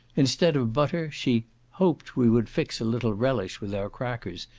instead of butter, she hoped we would fix a little relish with our crackers,